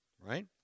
right